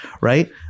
right